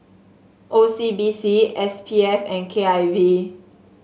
O C B C S P F and K I V